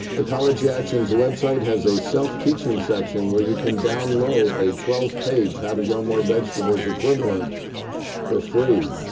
ecology action's website has a self-teaching section where you can download a twelve page how to grow more vegetables equivalent for free.